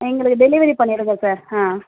எங்களுக்கு டெலிவரி பண்ணிவிடுங்க சார் ஆ